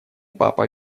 папа